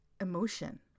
emotion